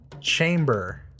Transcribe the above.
chamber